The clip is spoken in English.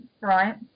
right